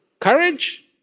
courage